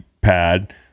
pad